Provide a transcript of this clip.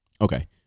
Okay